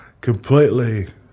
completely